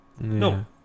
No